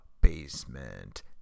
Basement